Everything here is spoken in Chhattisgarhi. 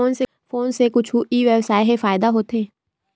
फोन से कुछु ई व्यवसाय हे फ़ायदा होथे?